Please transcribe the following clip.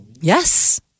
Yes